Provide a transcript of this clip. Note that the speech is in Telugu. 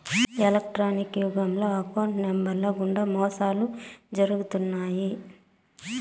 ఎలక్ట్రానిక్స్ యుగంలో అకౌంట్ నెంబర్లు గుండా మోసాలు జరుగుతున్నాయి